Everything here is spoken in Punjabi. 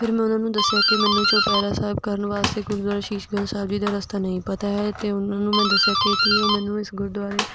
ਫਿਰ ਮੈਂ ਉਹਨਾਂ ਨੂੰ ਦੱਸਿਆ ਕਿ ਮੈਨੂੰ ਚੁਪਹਿਰਾ ਸਾਹਿਬ ਕਰਨ ਵਾਸਤੇ ਗੁਰਦੁਆਰਾ ਸ਼ੀਸ਼ ਗੰਜ ਸਾਹਿਬ ਜੀ ਦਾ ਰਸਤਾ ਨਹੀਂ ਪਤਾ ਹੈ ਅਤੇ ਉਹਨਾਂ ਨੂੰ ਮੈਂ ਦੱਸਿਆ ਕਿ ਕੀ ਉਹ ਮੈਨੂੰ ਇਸ ਗੁਰਦੁਆਰੇ